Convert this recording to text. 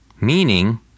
meaning